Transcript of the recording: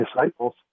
disciples